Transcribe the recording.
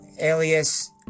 alias